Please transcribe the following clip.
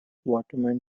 waterman